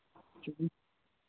जी